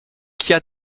kia